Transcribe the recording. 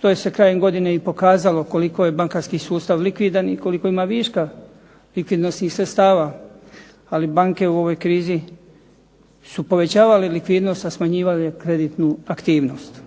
to je se krajem godine i pokazalo koliko je bankarski sustav likvidan i koliko ima viška tih vrijednosnih sredstava. Ali banke u ovoj krizi su povećavale likvidnost, a smanjivale kreditnu aktivnost.